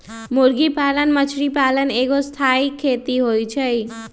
मुर्गी पालन मछरी पालन एगो स्थाई खेती हई